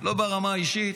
לא ברמה האישית,